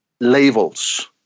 labels